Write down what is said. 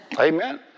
Amen